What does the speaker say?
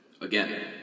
Again